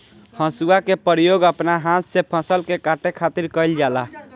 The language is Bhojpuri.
हसुआ के प्रयोग अपना हाथ से फसल के काटे खातिर कईल जाला